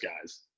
guys